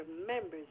remembers